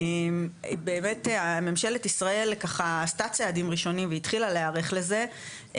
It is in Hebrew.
באמת ממשלת ישראל ככה עשתה צעדים ראשונים והתחילה להיערך לזה,